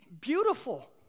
beautiful